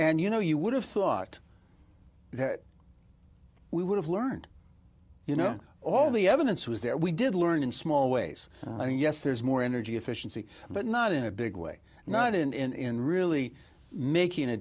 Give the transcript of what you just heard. and you know you would have thought we would have learned you know all the evidence was there we did learn in small ways and yes there's more energy efficiency but not in a big way not in really making a